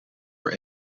door